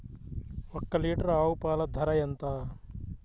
ఒక్క లీటర్ ఆవు పాల ధర ఎంత?